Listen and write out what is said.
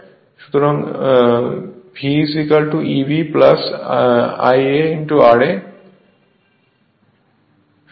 অর্থাৎ V Eb Ia ra হবে